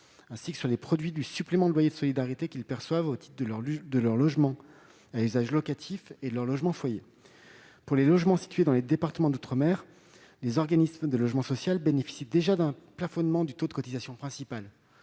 redevances et produits du supplément de loyer de solidarité qu'ils perçoivent au titre de leurs logements à usage locatif et de leurs logements foyers. Pour les logements situés dans les départements d'outre-mer, les organismes de logement social bénéficient déjà d'un plafonnement du taux de cotisation principale